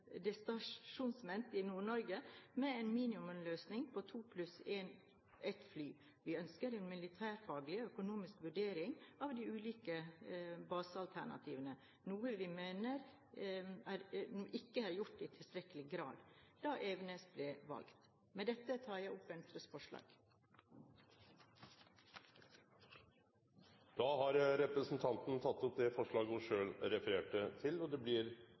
opprettes et detasjement i Nord-Norge med en minimumsløsning på to pluss ett fly. Vi ønsker en militærfaglig og økonomisk vurdering av de ulike basealternativene – noe vi mener ikke ble gjort i tilstrekkelig grad da Evenes ble valgt. Med dette tar jeg opp Venstres forslag. Representanten Borghild Tenden har teke opp dei forslaga ho refererte til. Det blir